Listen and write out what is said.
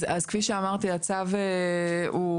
אז כפי שאמרתי הצו הוא,